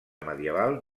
medieval